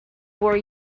were